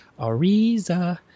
ariza